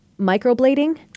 Microblading